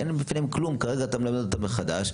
אין בפניהם כלום, כרגע אתה מלמד אותם מחדש.